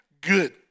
good